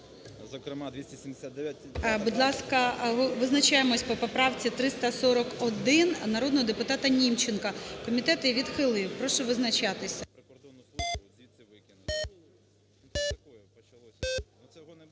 Будь ласка, визначаємося по поправці 341 народного депутата Німченка. Комітет її відхилив. Прошу визначатися.